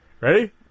Ready